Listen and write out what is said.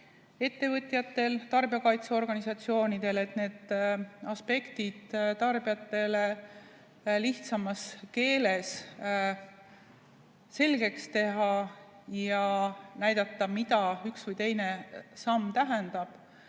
ettevõtjatel, tarbijakaitse organisatsioonidel, et need aspektid tarbijatele lihtsamas keeles selgeks teha ja näidata, mida üks või teine samm tähendab.